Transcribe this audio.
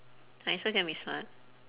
I also can be smart